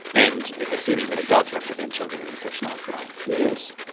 and assuming that it does represent children in a sexualised way. yes.